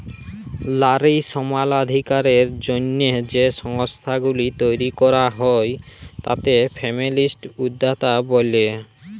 লারী সমালাধিকারের জ্যনহে যে সংস্থাগুলি তৈরি ক্যরা হ্যয় তাতে ফেমিলিস্ট উদ্যক্তা ব্যলে